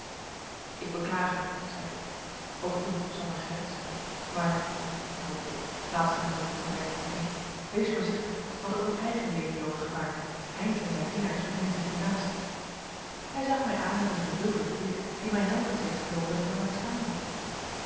ik beklaag u zeide ik ook u sander gerritsz maar vervolgde ik laatstgemelde ter zijde trekkende wees voorzichtig want ook uw eigen leven loopt gevaar heynsz en zijn dienaars bevinden zich hiernaast hij zag mij aan met een verwilderden blik die mij nauwelijks deed gelooven dat hij mij verstaan had